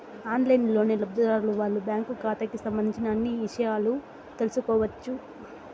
ఆన్లైన్లోనే లబ్ధిదారులు వాళ్ళ బ్యాంకు ఖాతాకి సంబంధించిన అన్ని ఇషయాలు తెలుసుకోవచ్చు